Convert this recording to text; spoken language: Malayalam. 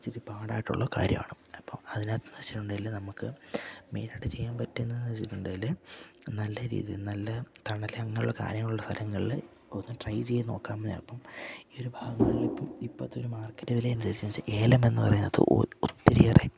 ഇച്ചിരി പാടായിട്ടുള്ള കാര്യമാണ് അപ്പം അതിനകത്ത് നിന്ന് വച്ചിട്ടുണ്ടെങ്കിൽ നമുക്ക് മെയിനായിട്ട് ചെയ്യാൻ പറ്റുന്നതെന്ന് വച്ചിട്ടുണ്ടെങ്കിൽ നല്ല രീതിയിൽ നല്ല തണൽ അങ്ങനെയുള്ള കാര്യങ്ങളുള്ള സ്ഥലങ്ങളിൽ ഒന്ന് ട്രൈ ചെയ്തു നോക്കാവുന്നതാണ് അപ്പം ഈ ഒരു ഭാഗങ്ങളിൽ ഇപ്പ ഇപ്പോഴത്തെ ഒരു മാർക്കറ്റ് വില അനുസരിച്ചു ഏലം എന്നു പറയുന്നത് ഒത്തിരിയേറെ